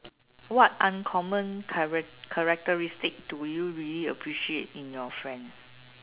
what uncommon charac~ characteristic do you really appreciate in your friend